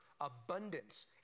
abundance